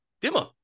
Dimmer